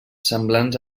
semblants